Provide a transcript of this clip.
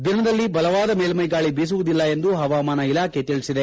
ದಿನದಲ್ಲಿ ಬಲವಾದ ಮೇಲ್ವೈ ಗಾಳಿ ಜೀಸುವುದಿಲ್ಲ ಎಂದು ಪವಾಮಾನ ಇಲಾಖೆ ತಿಳಿಸಿದೆ